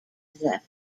zephyr